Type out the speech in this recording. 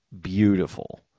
beautiful